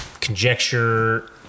conjecture